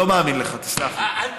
לא מאמין לך, תסלח לי.